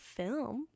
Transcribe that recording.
film